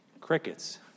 Crickets